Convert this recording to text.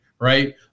right